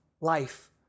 life